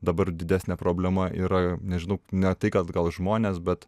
dabar didesnė problema yra nežinau ne tai kad gal žmonės bet